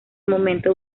momento